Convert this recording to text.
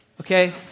okay